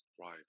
Right